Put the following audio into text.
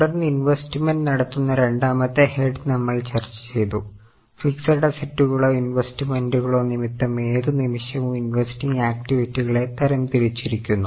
തുടർന്ന് ഇൻവെസ്റ്റ്മെന്റ് നടത്തുന്ന രണ്ടാമത്തെ ഹെഡ് നമ്മൾ ചർച്ച ചെയ്തു ഫിക്സെഡ് അസ്സറ്റുകളോ ഇൻവെസ്റ്റ്മെൻറ്റുകളോ നിമിത്തം ഏത് നിമിഷവും ഇൻവെസ്റ്റിംഗ് ആക്റ്റിവിറ്റി ആയി തരംതിരിച്ചിരുന്നു